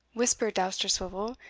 whispered dousterswivel,